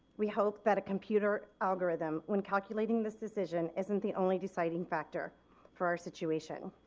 we hope that a computer algorithm when calculating this decision isn't the only deciding factor for our situation.